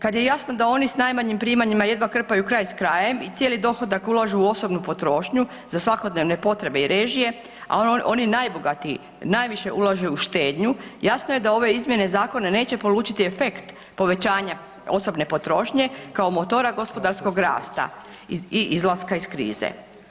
Kad je jasno da oni sa najmanjim primanjima jedva krpaju kraj s krajem i cijeli dohodak ulažu u osobnu potrošnju za svakodnevne potrebe i režije, a oni najbogatiji najviše ulažu u štednju jasno je da ove izmjene zakona neće polučiti efekt povećanja osobne potrošnje kao motora gospodarskog rasta i izlaska iz krize.